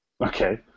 Okay